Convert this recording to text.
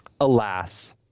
alas